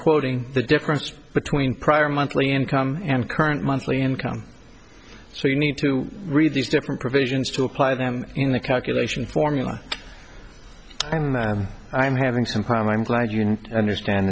quoting the difference between prior monthly income and current monthly income so you need to read these different provisions to apply them in the calculation formula i mean i'm having some clown i'm glad you understand